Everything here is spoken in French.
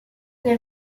les